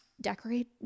decorate